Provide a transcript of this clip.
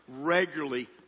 regularly